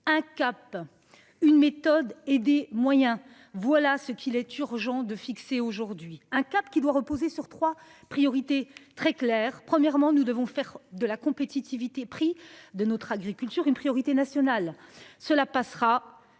un. Une méthode et des moyens. Voilà ce qu'il est urgent de fixer aujourd'hui un cap qui doit reposer sur 3 priorités très claires, premièrement, nous devons faire de la compétitivité prix de notre agriculture une priorité nationale. Cela passera